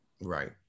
Right